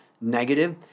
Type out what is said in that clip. negative